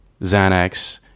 Xanax